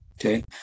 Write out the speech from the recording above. Okay